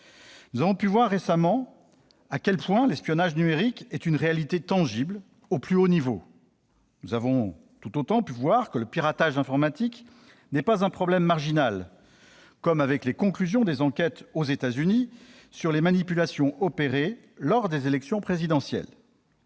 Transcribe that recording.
Nous avons récemment pu voir à quel point l'espionnage numérique était une réalité tangible au plus haut niveau. Nous avons tout autant pu voir que le piratage informatique n'était pas un problème marginal : c'est ce qu'ont démontré les conclusions des enquêtes américaines sur les manipulations opérées lors des élections présidentielles.